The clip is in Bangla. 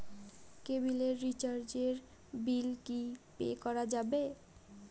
কেবিলের রিচার্জের বিল কি পে করা যাবে?